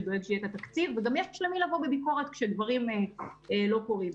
שדואג שיהיה תקציב וגם יש למי לבוא בביקורת כאשר דברים לא קורים.